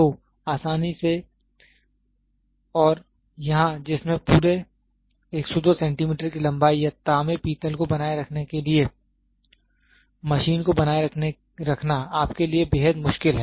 तो आसानी से और यहाँ जिसमें पूरे 102 सेंटीमीटर की लंबाई या तांबे पीतल को बनाए रखने के लिए मशीन को बनाए रखना आपके लिए बेहद मुश्किल है